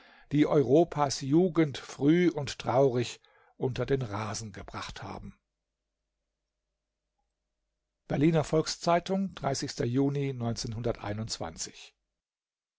die europas jugend früh und traurig unter den rasen gebracht haben berliner volks-zeitung juni